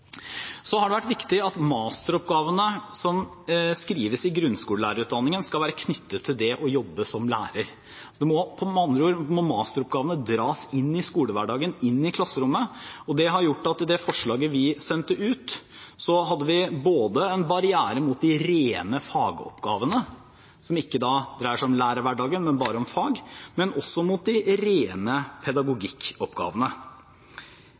har også vært viktig at masteroppgavene som skrives i grunnskolelærerutdanningen, skal være knyttet til det å jobbe som lærer. Med andre ord må masteroppgavene dras inn i skolehverdagen og inn i klasserommet, og det har gjort at vi i forslaget vi sendte ut, hadde en barriere både mot de rene fagoppgavene – som ikke da dreier seg om lærerhverdagen, men bare om fag – og mot de rene